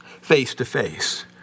face-to-face